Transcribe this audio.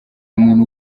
umuntu